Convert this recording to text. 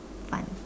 fun